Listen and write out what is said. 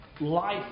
life